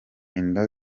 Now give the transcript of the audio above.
inda